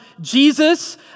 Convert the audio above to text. Jesus